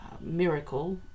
miracle